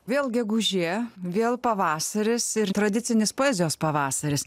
vėl gegužė vėl pavasaris ir tradicinis poezijos pavasaris